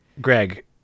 Greg